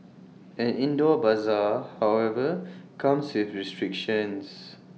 an indoor Bazaar however comes with restrictions